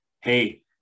hey